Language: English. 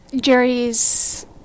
Jerry's